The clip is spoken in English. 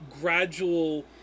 gradual